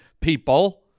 people